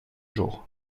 jour